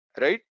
right